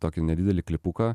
tokį nedidelį klipuką